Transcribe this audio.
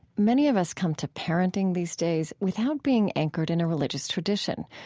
many of us come to parenting these days without being anchored in a religious tradition.